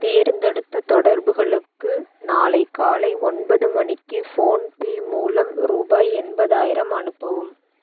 தேர்ந்தெடுத்த தொடர்புகளுக்கு நாளை காலை ஒன்பது மணிக்கு ஃபோன்பே மூலம் ரூபாய் எண்பதாயிரம் அனுப்பவும்